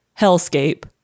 Hellscape